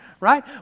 Right